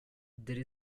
there